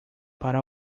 para